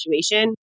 situation